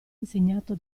insegnato